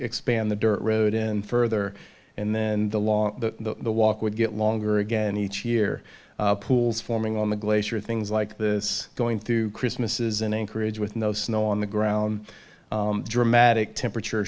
expand the dirt road in further and then the long the walk would get longer again each year pools forming on the glacier or things like this going through christmases in anchorage with no snow on the ground dramatic temperature